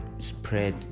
spread